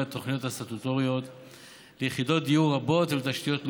התוכניות הסטטוטוריות ליחידות דיור רבות ולתשתיות לאומיות.